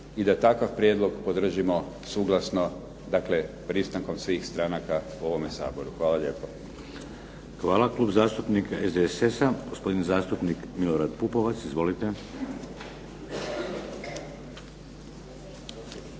i da takav prijedlog podržimo suglasno, dakle pristankom svih stranaka u ovome Saboru. Hvala lijepo. **Šeks, Vladimir (HDZ)** Hvala. Klub zastupnika SDSS-a, gospodin zastupnik Milorad Pupovac. Izvolite.